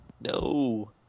No